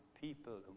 people